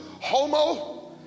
Homo